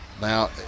Now